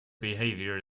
behavior